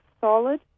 solid